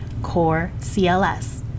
CoreCLS